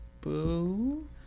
Boo